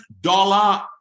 Dollar